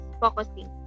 focusing